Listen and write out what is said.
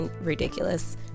ridiculous